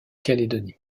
calédonie